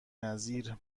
نظیر